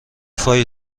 فای